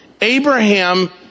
Abraham